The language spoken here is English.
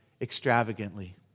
extravagantly